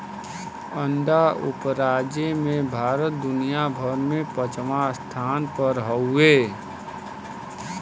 अंडा उपराजे में भारत दुनिया भर में पचवां स्थान पर हउवे